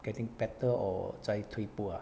getting better or 在退步 ah